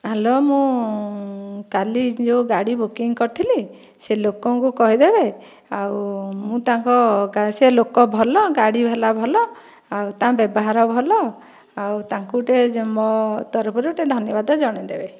hello ମୁଁ କାଲି ଯେଉଁ ଗାଡ଼ି ବୁକିଂ କରିଥିଲି ସେ ଲୋକଙ୍କୁ କହିଦେବେ ଆଉ ମୁଁ ତାଙ୍କ ସେ ଲୋକ ଭଲ ଗାଡ଼ି ବାଲା ଭଲ ଆଉ ତାଙ୍କ ବ୍ୟବହାର ଭଲ ଆଉ ତାଙ୍କୁ ଟିକେ ମୋ ତରଫରୁ ଟିକେ ଧନ୍ୟବାଦ ଜଣାଇ ଦେବେ